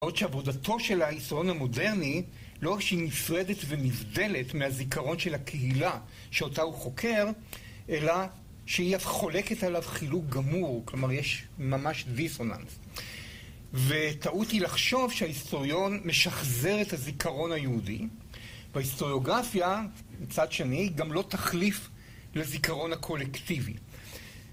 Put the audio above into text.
בעוד שעבודתו של ההיסטוריון המודרני, לא רק שהיא נפרדת ונבדלת מהזיכרון של הקהילה שאותה הוא חוקר, אלא שהיא אף חולקת עליו חילוק גמור. כלומר, יש ממש דיסוננס. וטעות היא לחשוב שההיסטוריון משחזר את הזיכרון היהודי. וההיסטוריוגרפיה, מצד שני, גם לא תחליף לזיכרון הקולקטיבי.